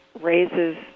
raises